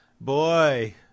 Boy